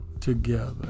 together